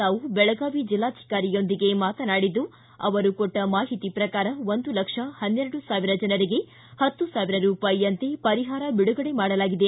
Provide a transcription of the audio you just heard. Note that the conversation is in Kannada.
ತಾವು ಬೆಳಗಾವಿ ಜಿಲ್ಲಾಧಿಕಾರಿಯೊಂದಿಗೆ ಮಾತನಾಡಿದ್ದು ಅವರ ಕೊಟ್ಟ ಮಾಹಿತಿ ಪ್ರಕಾರ ಒಂದು ಲಕ್ಷ ಪನ್ನೆರಡು ಸಾವಿರ ಜನರಿಗೆ ಹತ್ತು ಸಾವಿರ ರೂಪಾಯಿಯಂತೆ ಪರಿಹಾರ ಬಿಡುಗಡೆ ಮಾಡಲಾಗಿದೆ